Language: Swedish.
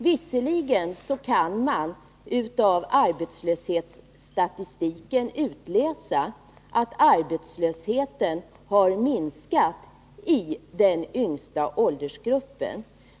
Visserligen kan man av arbetslöshetsstatistiken utläsa att arbetslösheten har minskat i den yngsta åldersgruppen.